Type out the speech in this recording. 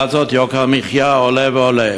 לעומת זאת, יוקר המחיה עולה ועולה.